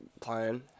playing